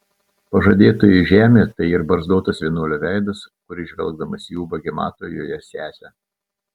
pažadėtoji žemė tai ir barzdotas vienuolio veidas kuris žvelgdamas į ubagę mato joje sesę